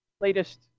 latest